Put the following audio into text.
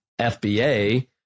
FBA